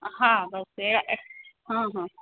हा बसि हा हा